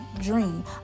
dream